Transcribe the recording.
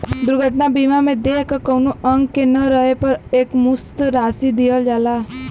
दुर्घटना बीमा में देह क कउनो अंग के न रहे पर एकमुश्त राशि दिहल जाला